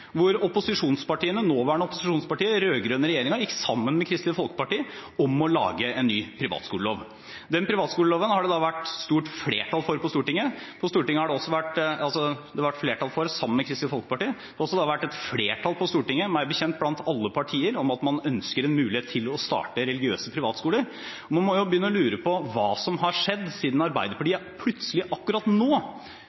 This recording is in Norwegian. hvor opposisjonspartiene – de nåværende opposisjonspartier – altså den rød-grønne regjeringen gikk sammen med Kristelig Folkeparti om å lage en ny privatskolelov. Den privatskoleloven har det vært stort flertall for på Stortinget – det har vært flertall for den sammen med Kristelig Folkeparti. Det har også vært et flertall på Stortinget, meg bekjent blant alle partier, for at man ønsker en mulighet til å starte religiøse privatskoler. Man må jo begynne å lure på hva som har skjedd, siden